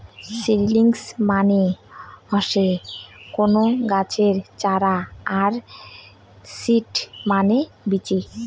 seedlings মানে হসে কুনো গাছের চারা আর সিড মানে বীচি